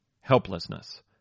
Helplessness